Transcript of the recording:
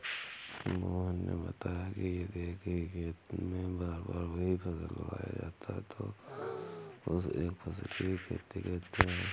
मोहन ने बताया कि यदि एक ही खेत में बार बार वही फसल लगाया जाता है तो उसे एक फसलीय खेती कहते हैं